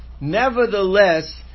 nevertheless